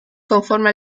conforme